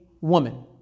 woman